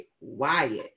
Wyatt